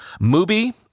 Mubi